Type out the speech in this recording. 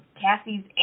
Cassie's